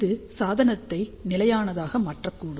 இது சாதனத்தை நிலையானதாக மாற்றக்கூடும்